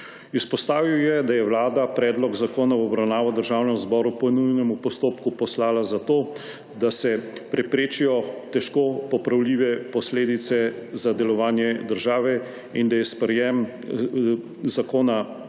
Izpostavil je, da je vlada predlog zakona v obravnavo Državnemu zboru po nujnem postopku poslala zato, da se preprečijo težko popravljive posledice za delovanje države, in da je sprejem predloga zakona